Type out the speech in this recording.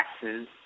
taxes